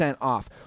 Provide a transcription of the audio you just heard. off